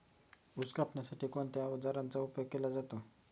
ऊस कापण्यासाठी कोणत्या अवजारांचा उपयोग केला जातो?